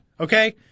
Okay